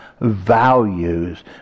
values